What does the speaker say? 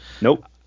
Nope